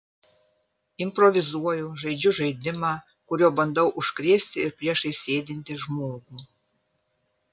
improvizuoju žaidžiu žaidimą kuriuo bandau užkrėsti ir priešais sėdintį žmogų